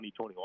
2021